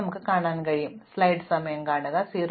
ഇപ്പോൾ ഞങ്ങൾ എങ്ങനെ പാത കണ്ടെത്തും